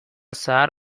zahar